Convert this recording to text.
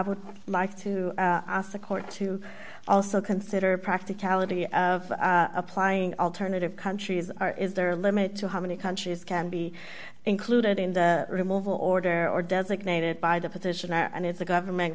would like to ask the court to also consider practicality of applying alternative countries are is there a limit to how many countries can be included in the removal order or designated by the petitioner and if the government